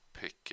pick